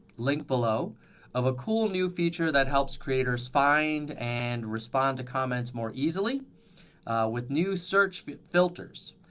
link below of a cool new feature that helps creators find and respond to comments more easily with new search filters.